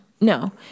No